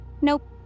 nope